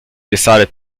decided